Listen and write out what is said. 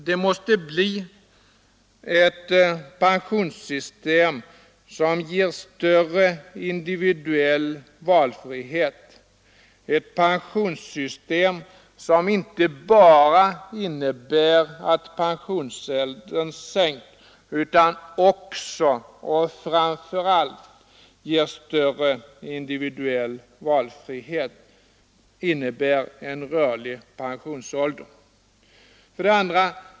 Det måste bli ett pensionssystem som ger större individuell valfrihet, ett pensionssystem som inte bara innebär att pensionsåldern sänks utan som också och framför allt ger större individuell valfrihet, en rörlig pensionsålder. 2.